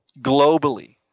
globally